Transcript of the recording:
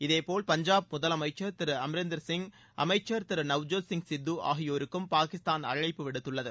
இதேபோல் பஞ்சாப் முதலமைச்சர் திரு அமரிந்தர் சிய் அமைச்சர் திரு நவ்ஜோத் சிய் சித்து ஆகியோருக்கும் பாகிஸ்தான் அழைப்பு விடுத்துள்ளது